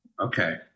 Okay